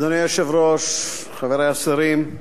אדוני היושב-ראש, חברי השרים,